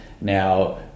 now